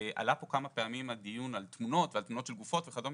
עלה פה כמה פעמים דיון על תמונות ועל תמונות של גופות וכדומה,